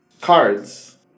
cards